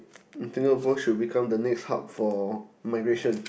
Singapore should become the next hub for migration